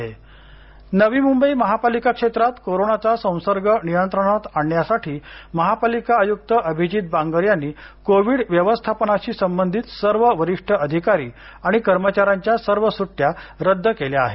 नवी मंबई नवी मुंबई महापालिका क्षेत्रात कोरोनाचा संसर्ग नियंत्रणात आणण्यासाठी महापालिका आयुक्त अभिजीत बांगर यांनी कोविड व्यवस्थापनाशी संबंधित सर्व वरिष्ठ अधिकारी आणि कर्मचाऱ्यांच्या सर्व सुट्टया रद्द केल्या आहेत